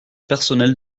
personnelle